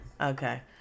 Okay